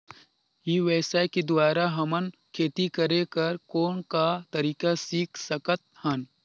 ई व्यवसाय के द्वारा हमन खेती करे कर कौन का तरीका सीख सकत हन?